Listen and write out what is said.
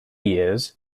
years